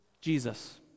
Jesus